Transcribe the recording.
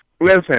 listen